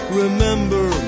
remember